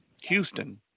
houston